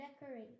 decorate